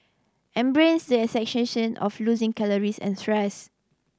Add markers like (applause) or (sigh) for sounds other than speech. embrace the (unintelligible) sensation of losing calories and stress